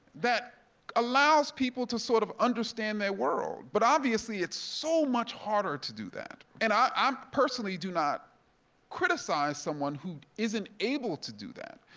that allows people to sort of understand their world. but obviously it's so much harder to do that, and i um personally do not criticize someone who isn't able to do that.